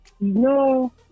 No